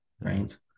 Right